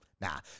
Nah